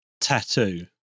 tattoo